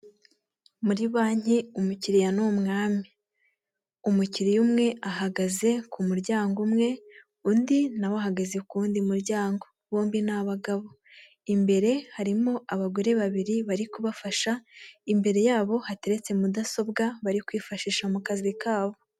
Muri banki umukiliya ni umwami, umukiliya umwe ahagaze ku muryango umwe, undi nawe ahagaze ku wundi muryango bombi ni abagabo, imbere harimo abagore babiri bari kubafasha, imbere yabo hateretse mudasobwa bari kwifashisha mu kazi kabo.